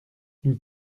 nous